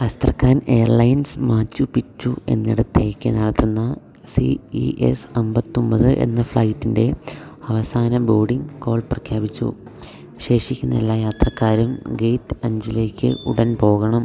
Astrakhan Airlines Machu Picchu എന്നിടത്തേക്ക് നടത്തുന്ന C E S അമ്പത്തൊമ്പത് എന്ന ഫ്ലൈറ്റിൻ്റെ അവസാന ബോഡിംഗ് കോൾ പ്രഖ്യാപിച്ചു ശേഷിക്കുന്ന എല്ലാ യാത്രക്കാരും ഗേറ്റ് അഞ്ചിലേക്ക് ഉടൻ പോകണം